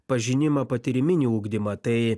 pažinimą patyriminį ugdymą tai